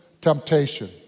temptation